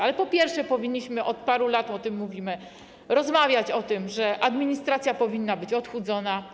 Ale po pierwsze, powinniśmy - od paru lat o tym mówimy - rozmawiać o tym, że administracja powinna być odchudzona.